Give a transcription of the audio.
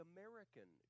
American